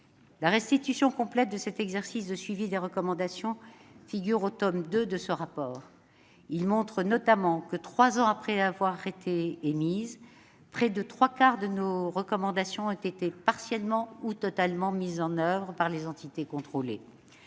La restitution complète de cet exercice de suivi des recommandations figure au tome II de ce rapport ; il montre notamment que, trois ans après avoir été émises, près des trois quarts de nos recommandations ont été partiellement ou totalement mises en oeuvre par les entités contrôlées.